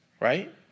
right